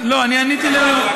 לא, אני עניתי לו.